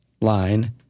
line